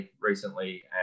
recently